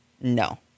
No